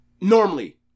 normally